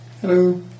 Hello